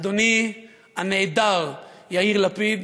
אדוני הנעדר, יאיר לפיד,